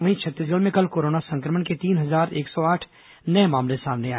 वहीं छत्तीसगढ़ में कल कोरोना संक्रमण के तीन हजार एक सौ आठ नये मामले सामने आए